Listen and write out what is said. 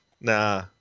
Nah